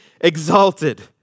exalted